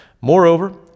Moreover